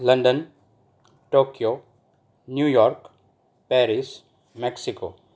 London Tokyo New York Paris Mexico